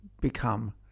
become